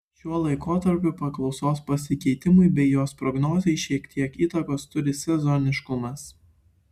šiuo laikotarpiu paklausos pasikeitimui bei jos prognozei šiek tiek įtakos turi sezoniškumas